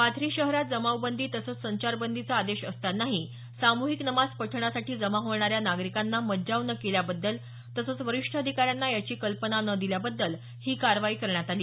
पाथरी शहरात जमावबंदी तसंच संचारबंदीचा आदेश असतानाही साम्हिक नमाजसाठी जमा होणाऱ्या नागरिकांना मज्जाव न केल्याबद्दल तसंच वरिष्ठ अधिकाऱ्यांना याची कल्पना न दिल्याबद्दल ही कारवाई करण्यात आली